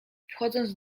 wchodząc